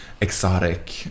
exotic